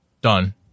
Done